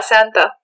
Santa